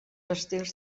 estils